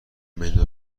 منو